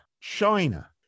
China